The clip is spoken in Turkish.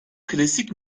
klasik